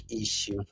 issue